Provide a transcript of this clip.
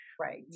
Right